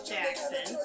Jackson